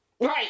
Right